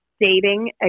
Dating